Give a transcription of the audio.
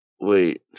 wait